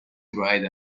dried